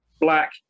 black